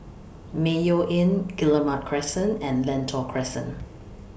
Mayo Inn Guillemard Crescent and Lentor Crescent